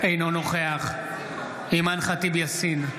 אינו נוכח אימאן ח'טיב יאסין,